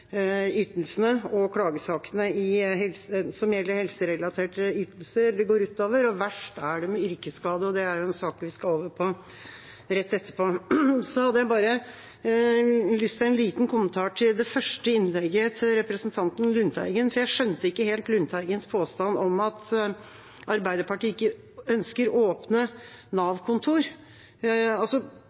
ytelsene og klagesakene som gjelder helserelaterte ytelser, det går ut over, og at verst er det med yrkesskade, som er saken vi skal over på rett etterpå. Så har jeg lyst til å gi en liten kommentar til det første innlegget til representanten Lundteigen, for jeg skjønte ikke helt Lundteigens påstand om at Arbeiderpartiet ikke ønsker åpne